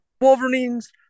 Wolverines